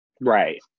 right